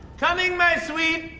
coming my sweet!